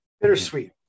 Bittersweet